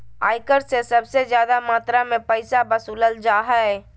आय कर से सबसे ज्यादा मात्रा में पैसा वसूलल जा हइ